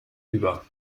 über